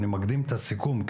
אני מקדים את הסיכום,